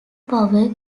power